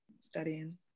studying